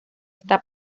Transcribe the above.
esta